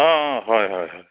অঁ অঁ হয় হয় হয়